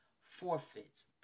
forfeits